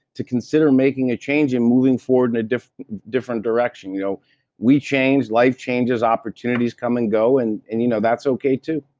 to consider making a change and moving forward in a different different direction. you know we change. life changes. opportunities come and go and and you know that's okay too.